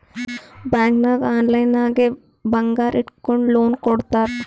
bank ನಾಗ್ online ನಾಗೆ ಬಂಗಾರ್ ಇಟ್ಗೊಂಡು ಲೋನ್ ಕೊಡ್ತಾರ್